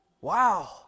Wow